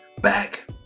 back